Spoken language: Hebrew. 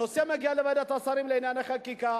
הנושא מגיע לוועדת השרים לענייני חקיקה,